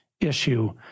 issue